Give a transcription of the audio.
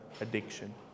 addiction